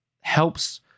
helps